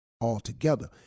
altogether